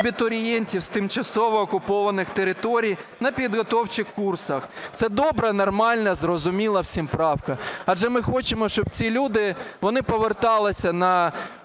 абітурієнтів з тимчасово окупованих територій на підготовчих курсах. Це добра, нормальна, зрозуміла всім правка. Адже ми хочемо, щоб ці люди, вони поверталися на